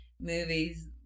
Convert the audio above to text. movies